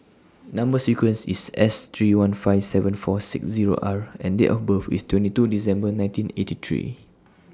Number sequence IS S three one five seven four six Zero R and Date of birth IS twenty two December nineteen eighty three